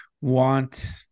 want